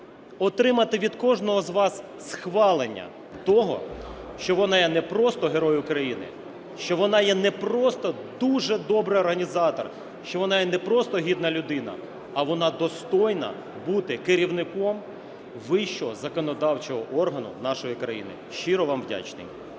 отримати від кожного з вас схвалення того, що вона є не просто герой України, що вона є не просто дуже добрий організатор, що вона є не просто гідна людина, а вона достойна бути керівником вищого законодавчого органу нашої країни. Щиро вам вдячний.